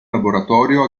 laboratorio